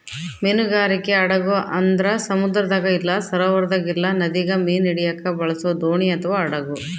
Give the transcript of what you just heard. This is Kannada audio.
ಮೀನುಗಾರಿಕೆ ಹಡಗು ಅಂದ್ರ ಸಮುದ್ರದಾಗ ಇಲ್ಲ ಸರೋವರದಾಗ ಇಲ್ಲ ನದಿಗ ಮೀನು ಹಿಡಿಯಕ ಬಳಸೊ ದೋಣಿ ಅಥವಾ ಹಡಗು